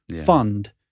fund